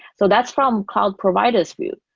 so that's from cloud providers' view.